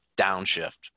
downshift